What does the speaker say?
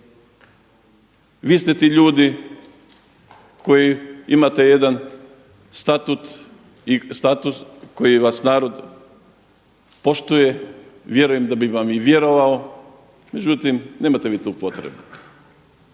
vi ste ti ljudi koji imate jedan status koji vas narod poštuje, vjerujem da bi vam i vjerovao, međutim nemate vi tu potrebe.